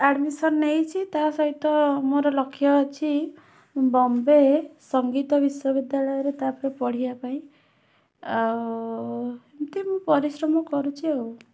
admission ନେଇଛି ତା' ସହିତ ମୋର ଲକ୍ଷ୍ୟ ଅଛି ବମ୍ବେ ସଙ୍ଗୀତ ବିଶ୍ୱବିଦ୍ୟାଳୟରେ ତା'ପରେ ପଢ଼ିବା ପାଇଁ ଆଉ ଏମିତି ମୁଁ ପରିଶ୍ରମ କରୁଛି ଆଉ